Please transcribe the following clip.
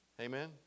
Amen